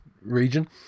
region